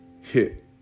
hit